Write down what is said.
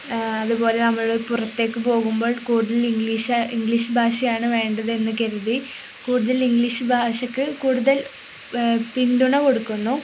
അതുപോലെ നമ്മള് പുറത്തേക്ക് പോകുമ്പോൾ കൂടുതൽ ഇംഗ്ലീഷ് ഭാഷയാണ് വേണ്ടതെന്ന് കരുതി കൂടുതൽ ഇംഗ്ലീഷ് ഭാഷയ്ക്ക് കൂടുതൽ പിന്തുണ കൊടുക്കുന്നു